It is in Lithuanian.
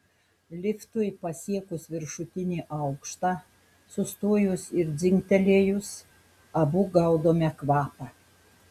liftui pasiekus viršutinį aukštą sustojus ir dzingtelėjus abu gaudome kvapą